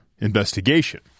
investigation